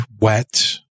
wet